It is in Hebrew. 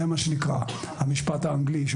כך אומר המשפט האנגלי.